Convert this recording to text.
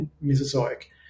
Mesozoic